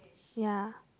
ya